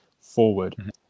forward